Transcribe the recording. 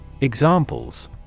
Examples